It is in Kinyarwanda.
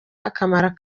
akamaro